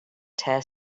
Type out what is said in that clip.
teh